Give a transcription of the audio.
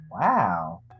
wow